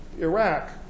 Iraq